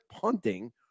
punting